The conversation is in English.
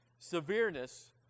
severeness